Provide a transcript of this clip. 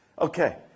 Okay